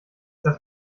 das